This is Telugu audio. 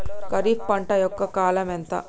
ఖరీఫ్ పంట యొక్క కాలం ఎంత?